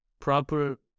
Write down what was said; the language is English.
proper